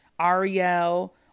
Ariel